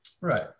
right